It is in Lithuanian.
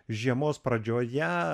žiemos pradžioje